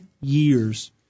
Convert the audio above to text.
years